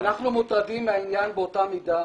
אנחנו מוטרדים מהעניין באותה מידה,